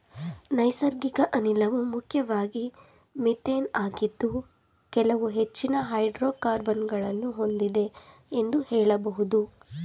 ನೈಸರ್ಗಿಕ ಅನಿಲವು ಮುಖ್ಯವಾಗಿ ಮಿಥೇನ್ ಆಗಿದ್ದು ಕೆಲವು ಹೆಚ್ಚಿನ ಹೈಡ್ರೋಕಾರ್ಬನ್ ಗಳನ್ನು ಹೊಂದಿದೆ ಎಂದು ಹೇಳಬಹುದು